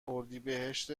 اردیبهشت